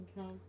okay